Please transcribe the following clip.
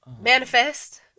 Manifest